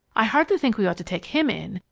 i hardly think we ought to take him in.